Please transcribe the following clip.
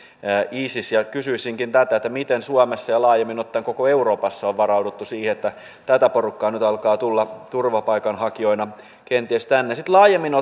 isis kysyisinkin miten suomessa ja laajemmin ottaen koko euroopassa on varauduttu siihen että tätä porukkaa nyt alkaa tulla turvapaikanhakijoina kenties tänne sitten laajemmin